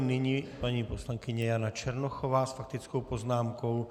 Nyní paní poslankyně Jana Černochová s faktickou poznámkou.